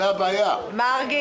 מרגי,